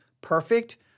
perfect